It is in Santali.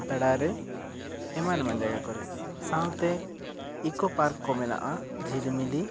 ᱠᱷᱟᱛᱲᱟ ᱨᱮ ᱮᱢᱟᱱ ᱮᱢᱟᱱ ᱡᱟᱭᱜᱟ ᱠᱚᱨᱮ ᱥᱟᱶᱛᱮ ᱤᱠᱚ ᱯᱟᱨᱠ ᱠᱚ ᱢᱮᱱᱟᱜᱼᱟ ᱡᱷᱤᱞᱤᱢᱤᱞᱤ